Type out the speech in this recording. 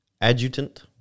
Adjutant